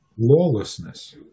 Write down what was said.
lawlessness